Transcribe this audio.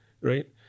right